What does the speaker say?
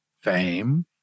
fame